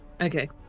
okay